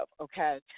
okay